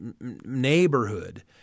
neighborhood